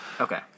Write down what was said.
Okay